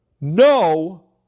No